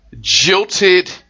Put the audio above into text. jilted